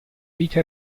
vita